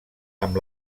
amb